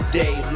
day